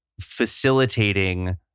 facilitating